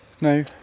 No